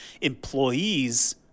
Employees